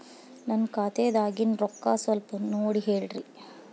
ನನ್ನ ಖಾತೆದಾಗಿನ ರೊಕ್ಕ ಸ್ವಲ್ಪ ನೋಡಿ ಹೇಳ್ರಿ